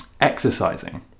exercising